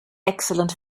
excellent